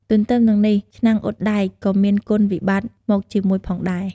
ទទ្ទឹមនឹងនេះ ឆ្នាំងអ៊ុតដែក ក៏មានគុណវិបត្តិមកជាមួយផងដែរ។